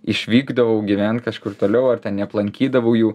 išvykdavau gyvent kažkur toliau ar ten neaplankydavau jų